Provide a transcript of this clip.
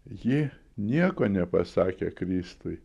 ji nieko nepasakė kristui